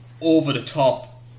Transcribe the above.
over-the-top